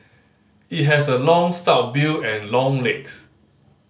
it has a long stout bill and long legs